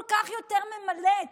כל כך יותר ממלאת